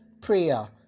prayer